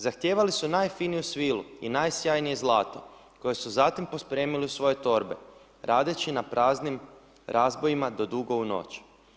Zahtijevali su najfiniju svilu i najsjajnije zlato koje su zatim pospremili u svoje torbe radeći na praznim razbojima do dugo u noć.